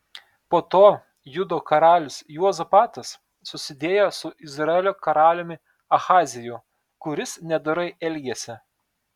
po to judo karalius juozapatas susidėjo su izraelio karaliumi ahaziju kuris nedorai elgėsi